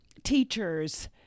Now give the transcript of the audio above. teachers